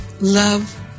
Love